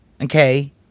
Okay